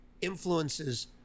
influences